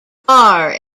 far